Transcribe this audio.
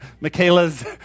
Michaela's